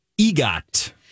EGOT